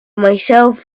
myself